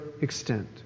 extent